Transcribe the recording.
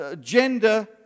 gender